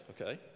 okay